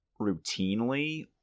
routinely